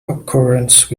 occurrence